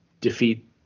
defeat